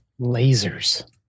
Lasers